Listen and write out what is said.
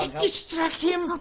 distract him!